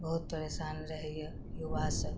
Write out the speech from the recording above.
बहुत परेशान रहइए युवा सब